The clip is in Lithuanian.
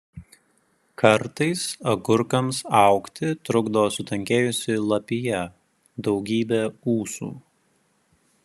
kartais agurkams augti trukdo sutankėjusi lapija daugybė ūsų